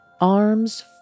arms